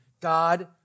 God